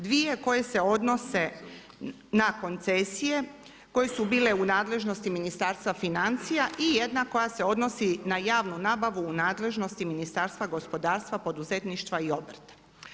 Dvije koje se odnose na koncesije, koje su bile u nadležnosti Ministarstva financija i jedna koja se odnosi na javnu nabavu u nadležnosti Ministarstva gospodarstva, poduzetništva i obrta.